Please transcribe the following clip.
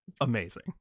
Amazing